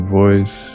voice